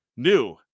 New